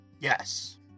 Yes